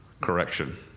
correction